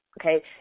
Okay